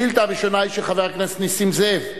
השאילתא הראשונה היא של חבר הכנסת נסים זאב,